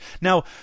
Now